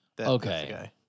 Okay